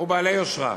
ובעלי יושרה.